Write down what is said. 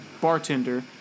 bartender